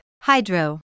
hydro